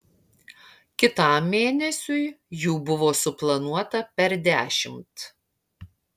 kitam mėnesiui jų buvo suplanuota per dešimt